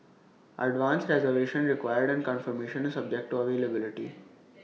advance reservation required and confirmation is subject to availability